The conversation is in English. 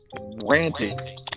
ranting